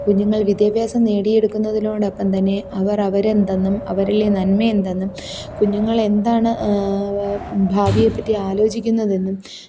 കുഞ്ഞുങ്ങള് വിദ്യാഭ്യാസം നേടിയെടുക്കുന്നതിനോടൊപ്പം തന്നെ അവര് അവർ എന്തെന്നും അവരിലെ നന്മ എന്തെന്നും കുഞ്ഞുങ്ങൾ എന്താണ് വ ഭാവിയെപ്പറ്റി ആലോചിക്കുന്നതെന്നും